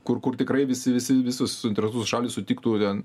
kur kur tikrai visi visi visos suinteresuotos šalys sutiktų ten